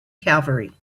cavalry